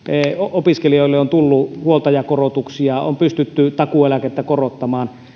opiskelijoille on tullut huoltajakorotuksia on pystytty takuueläkettä korottamaan